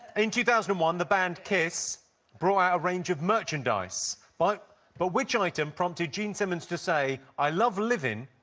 in two thousand and one, the band kiss brought out a range of merchandise, but but which um item prompted gene simmons to say, i love living,